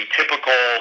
typical